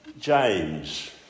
James